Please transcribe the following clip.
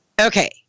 Okay